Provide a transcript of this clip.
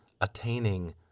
attaining